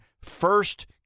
first